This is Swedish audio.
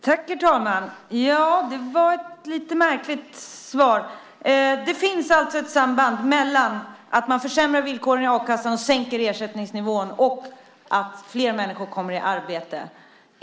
Herr talman! Det var ett lite märkligt svar. Det finns alltså ett samband mellan att man försämrar villkoren i a-kassan och sänker ersättningsnivån och att flera människor kommer i arbete.